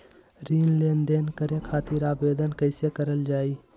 ऋण लेनदेन करे खातीर आवेदन कइसे करल जाई?